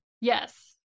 Yes